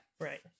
Right